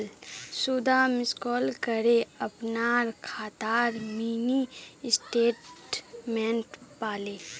सुधा miss call करे अपनार खातार मिनी स्टेटमेंट पाले